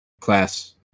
class